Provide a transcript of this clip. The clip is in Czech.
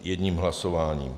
Jedním hlasováním.